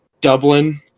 Dublin